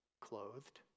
clothed